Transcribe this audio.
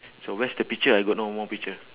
so where's the picture I got no more picture